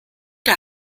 der